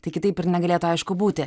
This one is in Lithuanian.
tai kitaip ir negalėtų aišku būti